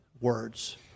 words